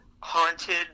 haunted